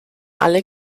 alle